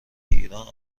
ایران